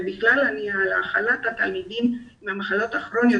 ובכלל הכלת תלמידים עם מחלות הכרוניות.